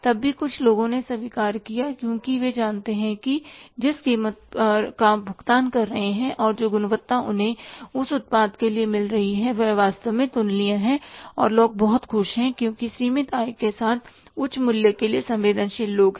तब भी कुछ लोगों ने स्वीकार किया क्योंकि वे जानते हैं कि वे जिस कीमत का भुगतान कर रहे हैं और जो गुणवत्ता उन्हें उस उत्पाद के लिए मिल रही है वह वास्तव में तुलनीय है और लोग बहुत खुश हैं क्योंकि सीमित आय के साथ उच्च मूल्य के लिए संवेदनशील लोग हैं